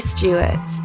Stewart